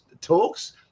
talks